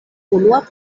unua